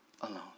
alone